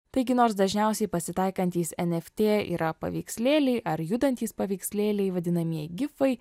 taigi nors dažniausiai pasitaikantys eft yra paveikslėliai ar judantys paveikslėliai vadinamieji gifai